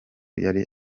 yari